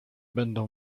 będą